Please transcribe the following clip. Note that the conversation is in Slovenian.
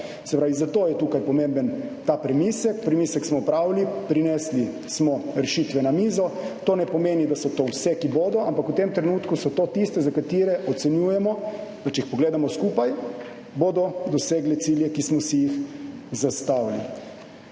zato je tukaj pomemben ta premislek. Premislek smo opravili, prinesli smo rešitve na mizo. To ne pomeni, da so to vse, ki bodo, ampak v tem trenutku so to tiste, za katere ocenjujemo, da če jih pogledamo skupaj, bodo dosegle cilje, ki smo si jih zastavili.